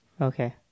Okay